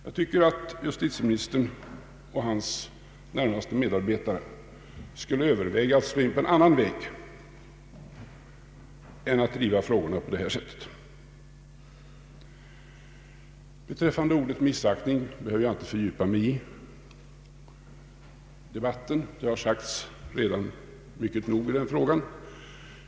Jag tycker att justitieministern och hans närmaste medarbetare skulle överväga att slå in på en annan väg än att driva frågorna på detta sätt. I fråga om ordet ”missaktning” behöver jag inte fördjupa mig i debatten. Det har redan sagts mycket nog i den frågan.